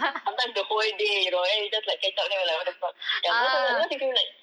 sometimes the whole day you know then we just like catch up then we like what the fuck ya because sometimes because if you like